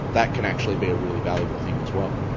that can actually be a really valuable thing as well.